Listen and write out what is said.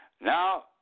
Now